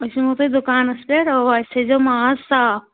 أسۍ یِمو تۄہہِ دُکانَس پٮ۪ٹھ اوا اسہِ تھٲے زیو ماز صاف